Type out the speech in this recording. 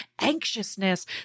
anxiousness